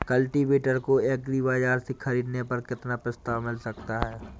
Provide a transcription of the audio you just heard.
Cultivator को agri बाजार से ख़रीदने पर कितना प्रस्ताव मिल सकता है?